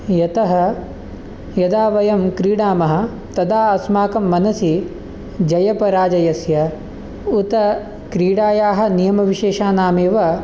यतः यदा वयं क्रीडामः तदा अस्माकं मनसि जयापराजयस्य उत क्रीडायाः नियमविशेषनामेव